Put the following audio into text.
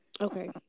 Okay